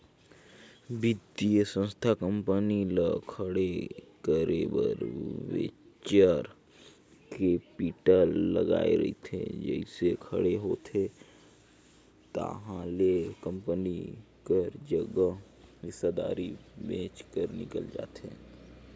बित्तीय संस्था कंपनी ल खड़े करे बर वेंचर कैपिटल लगाए रहिथे जइसे खड़े होथे ताहले कंपनी कर जग हिस्सादारी बेंच कर निकल जाथे